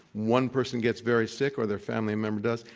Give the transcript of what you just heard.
one person gets very sick or their family member does,